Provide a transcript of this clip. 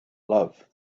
love